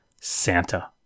Santa